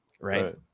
right